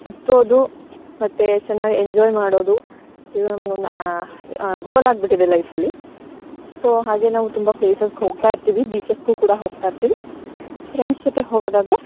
ಸುತ್ತೋದು ಮತ್ತೆ ಚೆನ್ನಾಗಿ ಎಂಜಾಯ್ ಮಾಡೋದು ಇವು ನಮಗೊಂದು ಗೋಲ್ ಆಗಿಬಿಟ್ಟಿದೆ ಲೈಫ್ಲ್ಲಿ ಸೋ ಹಾಗೆ ನಾವು ತುಂಬ ಪ್ಲೇಸಸ್ಗೆ ಹೋಗ್ತಾ ಇರ್ತೀವಿ ಬೀಚಸ್ಗು ಕೂಡ ಹೋಗ್ತಾ ಇರ್ತೀವಿ ಫ್ರೆಂಡ್ಸ್ ಜೊತೆ ಹೋಗೋದಾದರೆ